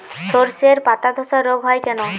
শর্ষের পাতাধসা রোগ হয় কেন?